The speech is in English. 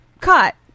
cut